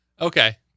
Okay